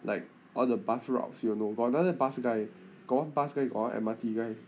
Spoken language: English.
like all the bus routes you know got another bus guy got one bus guy got one M_R_T guy